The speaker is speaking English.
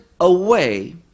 away